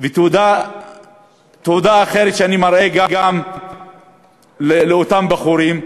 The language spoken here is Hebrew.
ותעודה אחרת שאני מראה גם לאותם בחורים,